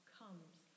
comes